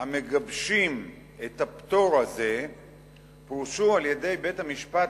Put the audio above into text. המגבשים את הפטור הזה פורשו על-ידי בית-המשפט